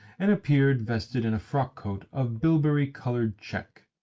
and appeared vested in a frockcoat of bilberry-coloured check.